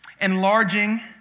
enlarging